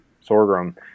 sorghum